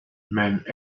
mijn